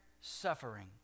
suffering